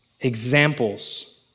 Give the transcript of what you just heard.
examples